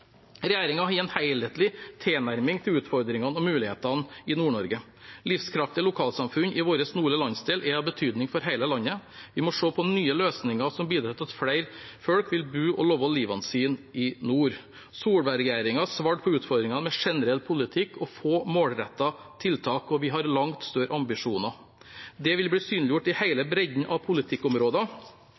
har en helhetlig tilnærming til utfordringene og mulighetene i Nord-Norge. Livskraftige lokalsamfunn i vår nordlige landsdel er av betydning for hele landet. Vi må se på nye løsninger som bidrar til at flere folk vil bo og leve livet sitt i nord. Solberg-regjeringen svarte på utfordringene med generell politikk og få målrettede tiltak. Vi har langt større ambisjoner. Det vil bli synliggjort i hele bredden av politikkområder.